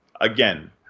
again